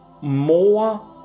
more